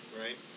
right